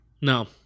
no